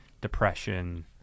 depression